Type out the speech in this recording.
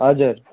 हजुर